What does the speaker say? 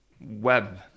web